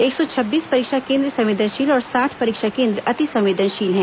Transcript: एक सौ छब्बीस परीक्षा कोन्द्र संवेदनशील और साठ परीक्षा कोन्द्र अति संवेदनशील हैं